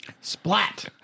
Splat